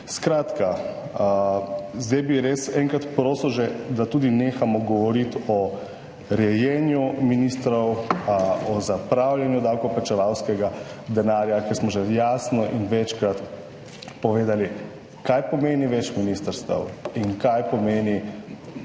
Skratka, zdaj bi res enkrat prosil že, da tudi nehamo govoriti o rejenju ministrov, o zapravljanju davkoplačevalskega denarja, ker smo že jasno in večkrat povedali kaj pomeni več ministrstev in kaj pomeni